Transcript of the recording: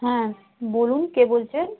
হ্যাঁ বলুন কে বলছেন